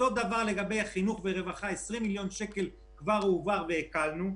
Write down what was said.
אותו דבר לגבי חינוך ורווחה 20 מיליון שקל כבר הועברו והקלנו.